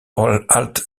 alt